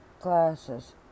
classes